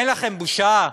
אין לכם בושה?